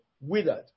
withered